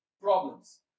problems